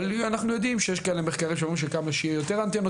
אבל אנחנו יודעים שיש כאלה מחקרים שאומרים שכמה שיהיה יותר אנטנות,